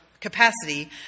capacity